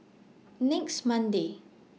next Monday